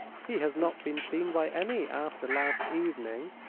he has not been seen by any after last evening.